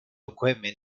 equipment